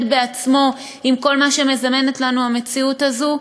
בעצמו עם כל מה שמזמנת לנו המציאות הזו,